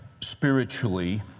spiritually